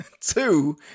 Two